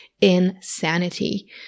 insanity